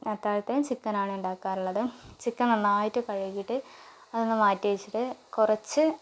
അത്താഴത്തിന് ചിക്കനാണ് ഉണ്ടാക്കാറുള്ളത് ചിക്കൻ നന്നായിട്ട് കഴുകിയിട്ട് അത് ഒന്ന് മാറ്റി വച്ചിട്ട് കുറച്ച്